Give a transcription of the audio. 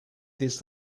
this